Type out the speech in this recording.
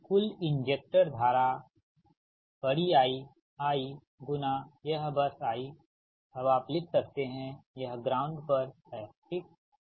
अब कुल इंजेक्टर धारा Ii गुणा यह बस i अब आप लिख सकते हैंयह ग्राउंड पर है ठीक